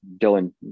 Dylan